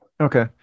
Okay